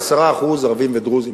10% ערבים ודרוזים,